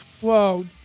Whoa